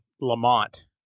Lamont